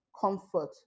comfort